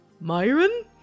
Myron